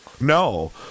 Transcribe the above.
no